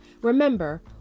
Remember